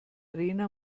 rena